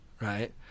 right